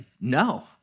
no